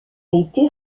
été